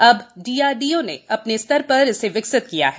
अब डीआरडीओं ने अपने सप्तर पर इसे विकसित किया है